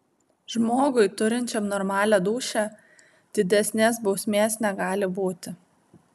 žmogui turinčiam normalią dūšią didesnės bausmės negali būti